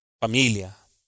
familia